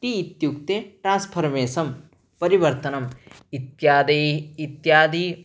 T इत्युक्ते ट्रन्स्फर्वेसम् परिवर्तनम् इत्यादयः इत्यादयः